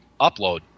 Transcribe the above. upload